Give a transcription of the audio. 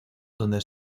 donde